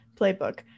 playbook